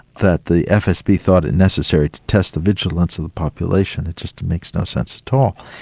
that the fsb thought it necessary to test the vigilance of the population it just makes no sense at all.